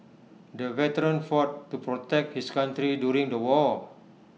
the veteran fought to protect his country during the war